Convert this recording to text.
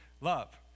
love